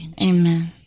Amen